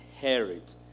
inherit